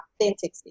authenticity